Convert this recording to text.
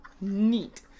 Neat